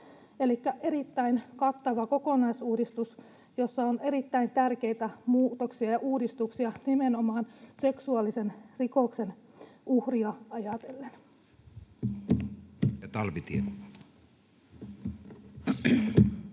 Elikkä erittäin kattava kokonaisuudistus, jossa on erittäin tärkeitä muutoksia ja uudistuksia nimenomaan seksuaalisen rikoksen uhria ajatellen.